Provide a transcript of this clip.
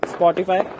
Spotify